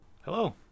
Hello